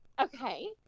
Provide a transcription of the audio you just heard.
Okay